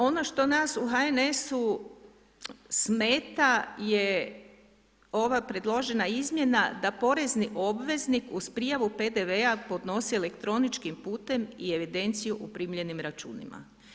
Ono što nas u HNS-u smeta je ova predložena izmjena da porezni obveznik uz prijavu PDV-a podnosi elektroničkim putem i evidenciju u primljenim računima.